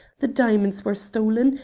the diamonds were stolen,